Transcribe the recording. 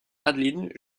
adeline